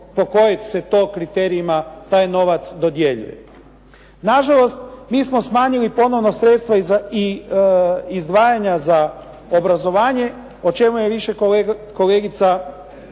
Nažalost, mi smo smanjili ponovno sredstva i izdvajanje za obrazovanje, o čemu je više kolegica